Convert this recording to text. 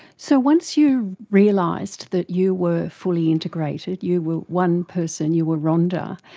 so once you realised that you were fully integrated, you were one person, you were rhonda,